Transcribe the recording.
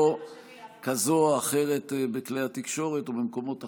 כזו או אחרת בכלי התקשורת ובמקומות אחרים.